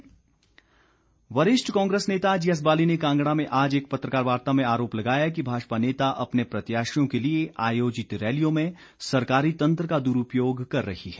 कांग्रेस प्रचार वरिष्ठ कांग्रेस नेता जीएस बाली ने कांगड़ा में आज एक पत्रकार वार्ता में आरोप लगाया कि भाजपा नेता अपने प्रत्याशियों के लिए आयोजित रैलियों में सरकारी तंत्र का द्रूपयोग कर रही है